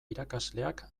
irakasleak